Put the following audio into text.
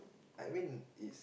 I mean it's